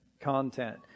content